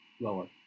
lower